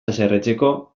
haserretzeko